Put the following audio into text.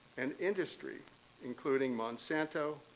and industry including monsanto,